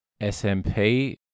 smp